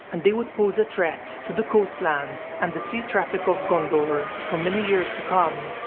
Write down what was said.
and they would pose a threat to the coastlands and the sea traffic of gondor for many years to come.